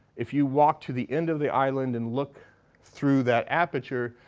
if you walk to the end of the island and look through that aperture,